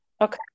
Okay